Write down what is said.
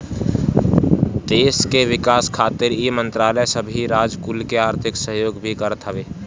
देस के विकास खातिर इ मंत्रालय सबही राज कुल के आर्थिक सहयोग भी करत हवे